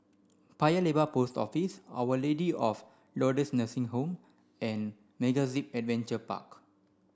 Paya Lebar Post Office Our Lady of Lourdes Nursing Home and MegaZip Adventure Park